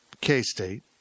K-State